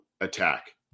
attack